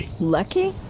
Lucky